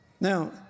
Now